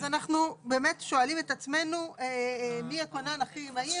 אז אנחנו באמת שואלים את עצמנו מי הכונן הכי מהיר,